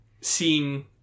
seeing